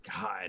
God